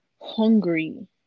hungry